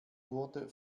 wurde